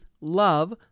love